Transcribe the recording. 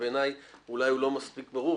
שבעיניי אולי הוא לא מספיק ברור,